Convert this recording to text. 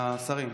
השרים.